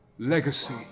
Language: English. Legacy